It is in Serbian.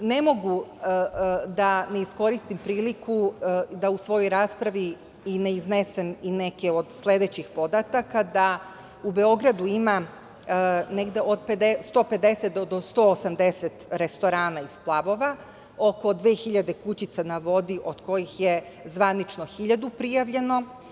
Ne mogu da ne iskoristim priliku da u svojoj raspravi ne iznesem i neke od sledećih podataka, da u Beogradu ima negde od 150 do 180 restorana i splavova, oko 2000 kućica na vodi od kojih je zvanično 1000 prijavljeno.